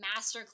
masterclass